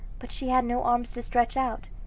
but she had no arms to stretch out,